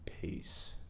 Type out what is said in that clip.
peace